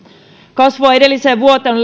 kasvua edelliseen vuoteen